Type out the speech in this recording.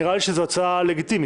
נראה לי שזו הצעה לגיטימית.